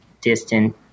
distant